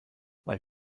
weil